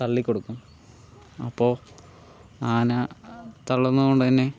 തള്ളിക്കൊടുക്കും അപ്പോൾ ആന തള്ളുന്നതുകൊണ്ട് തന്നെ